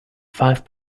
five